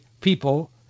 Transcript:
people